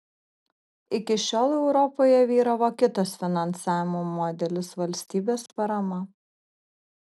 iki šiol europoje vyravo kitas finansavimo modelis valstybės parama